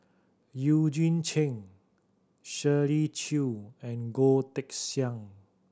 Eugene Chen Shirley Chew and Goh Teck Sian